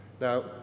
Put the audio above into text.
Now